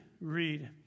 read